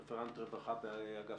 רפרנט רווחה באגף